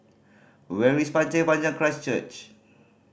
where is Pasir Panjang Christ Church